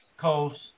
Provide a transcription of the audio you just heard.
Coast